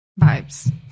vibes